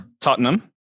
Tottenham